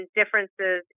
differences